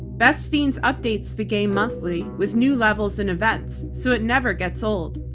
best fiends updates the game monthly with new levels and events so it never gets old.